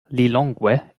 lilongwe